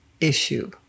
issue